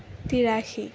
তিৰাশী